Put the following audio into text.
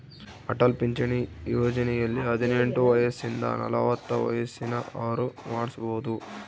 ಅಟಲ್ ಪಿಂಚಣಿ ಯೋಜನೆಯಲ್ಲಿ ಹದಿನೆಂಟು ವಯಸಿಂದ ನಲವತ್ತ ವಯಸ್ಸಿನ ಅವ್ರು ಮಾಡ್ಸಬೊದು